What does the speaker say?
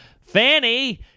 fanny